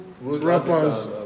rappers